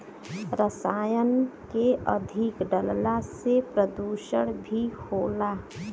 रसायन के अधिक डलला से प्रदुषण भी होला